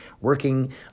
working